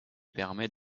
permet